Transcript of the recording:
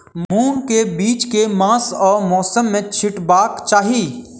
मूंग केँ बीज केँ मास आ मौसम मे छिटबाक चाहि?